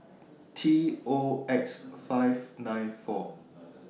T O X five nine four